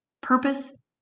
purpose